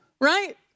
right